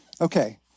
Okay